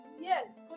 Yes